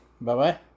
bye-bye